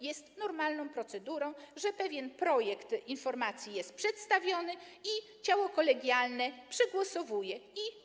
Jest normalną procedurą, że projekt informacji jest przedstawiany i ciało kolegialne przegłosowuje go.